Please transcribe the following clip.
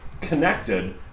connected